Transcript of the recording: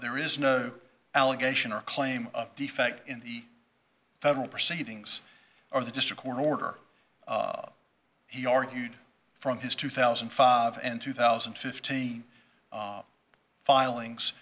there is no allegation or claim defect in the federal proceedings or the district court order he argued from his two thousand and five and two thousand and fifteen filings